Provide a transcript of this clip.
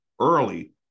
early